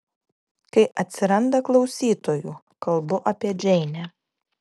kai atsiranda klausytojų kalbu apie džeinę